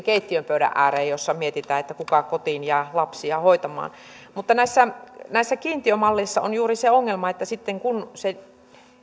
keittiön pöydän ääreen nämä päätökset joissa mietitään kuka kotiin jää lapsia hoitamaan näissä näissä kiintiömalleissa on juuri se ongelma että kun